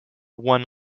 one